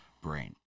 brain